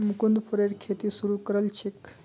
मुकुन्द फरेर खेती शुरू करल छेक